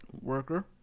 worker